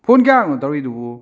phone ꯀꯌꯥꯔꯛꯅꯣ ꯇꯧꯔꯤꯗꯨꯕꯨ